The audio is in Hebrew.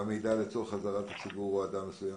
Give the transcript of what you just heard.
במידע לצורך אזהרת הציבור או אדם מסוים"?